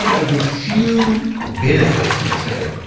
and of the few benefits, let's say,